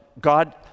God